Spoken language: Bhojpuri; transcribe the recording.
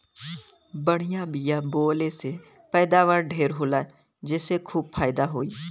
बढ़िया बिया बोवले से पैदावार ढेर होला जेसे खूब फायदा होई